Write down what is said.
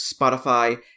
Spotify